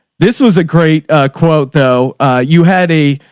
this was a great quote though. a you had a,